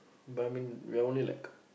but I mean we're only like